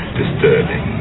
disturbing